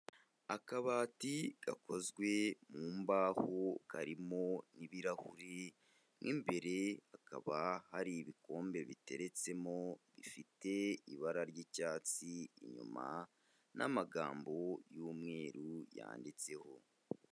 Akabati gakozwe mu mbaho karimo n'ibirahuri, mo imbere hakaba hari ibikombe biteretsemo bifite ibara ry'icyatsi inyuma, n'amagambo y'umweru yanditseho.